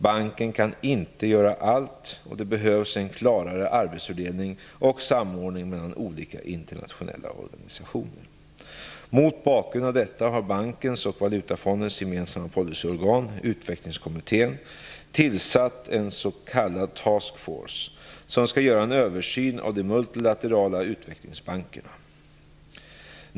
Banken kan inte göra allt, och det behövs en klarare arbetsfördelning och samordning mellan olika internationella organisationer. Mot bakgrund av detta har bankens och valutafondens gemensamma policyorgan, Utvecklingskommittén, tillsatt en s.k. task force, som skall göra en översyn av de multilaterala utvecklingsbankerna.